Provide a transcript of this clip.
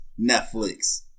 Netflix